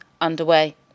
underway